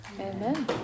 Amen